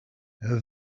her